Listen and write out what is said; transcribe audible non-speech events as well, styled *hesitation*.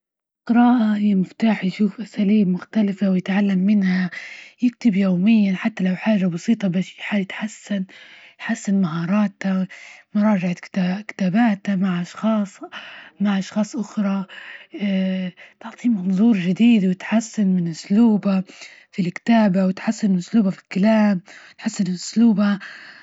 القراءة هي مفتاح يشوف أساليب مختلفة، ويتعلم منها يكتب يوميا حتى لو حاجة بسيطة، بس هيتحسن -يحسن مهاراته مراجعة ك-كتاباته مع أشخاص -مع أشخاص اخرى *hesitation* تعطي منظور جديد، ويتحسن من إسلوبة في الكتابه، وتحسن إسلوبة في الكلام، تحسن إسلوبة.